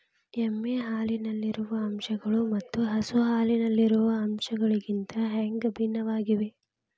ಎಮ್ಮೆ ಹಾಲಿನಲ್ಲಿರುವ ಅಂಶಗಳು ಮತ್ತ ಹಸು ಹಾಲಿನಲ್ಲಿರುವ ಅಂಶಗಳಿಗಿಂತ ಹ್ಯಾಂಗ ಭಿನ್ನವಾಗಿವೆ?